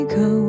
go